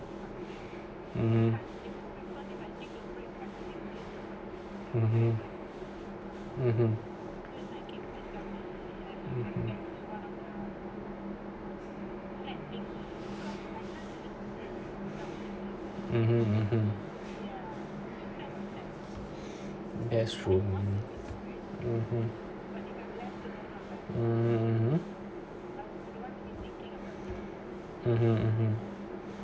hmm (uh huh) that's true (uh huh)